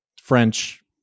French